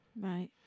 Right